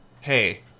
Hey